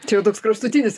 čia jau toks kraštutinis